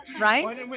right